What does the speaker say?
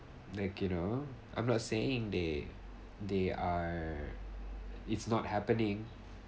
like you know I'm not saying they they are if not happening